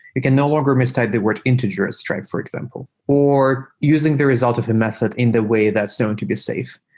it can no longer mistype the word integer as stripe, for example, or using the result of a method in the way that's known to be safe.